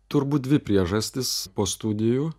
turbūt dvi priežastys po studijų